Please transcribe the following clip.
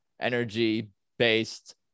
energy-based